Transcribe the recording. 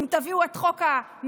אם תביאו את חוק המטרו,